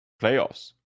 playoffs